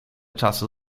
czasu